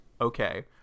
okay